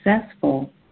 successful